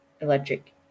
Electric